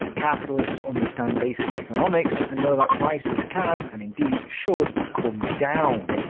capitalists understand basic economics, and know that prices can and and should come down.